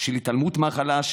של התעלמות מהחלש,